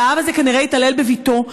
והאב הזה כנראה התעלל בבתו,